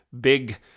big